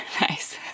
Nice